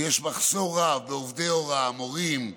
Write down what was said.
ויש מחסור רב בעובדי הוראה, מורים,